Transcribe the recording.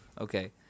Okay